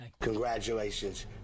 Congratulations